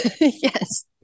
Yes